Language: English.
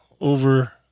over